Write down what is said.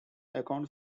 account